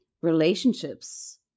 relationships